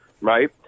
right